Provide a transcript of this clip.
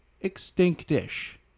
extinct-ish